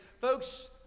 Folks